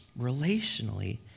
relationally